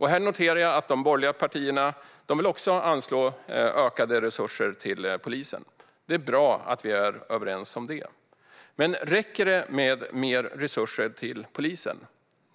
Jag noterar att de borgerliga partierna också vill anslå ökade resurser till polisen. Det är bra att vi är överens om detta. Men räcker det med mer resurser till polisen?